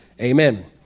Amen